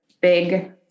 big